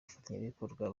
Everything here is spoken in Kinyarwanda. abafatanyabikorwa